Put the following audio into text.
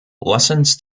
lessons